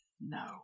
No